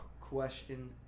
question